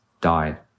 died